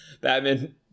Batman